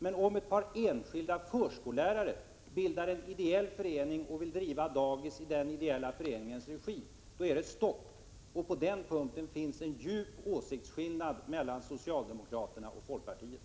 Men om ett par enskilda förskollärare bildar en ideell förening och vill driva ett daghem i den ideella föreningens regi blir det stopp. På den punkten finns det en djup åsiktsskillnad mellan socialdemokraterna och folkpartiet.